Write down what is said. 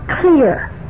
clear